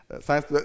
science